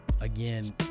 Again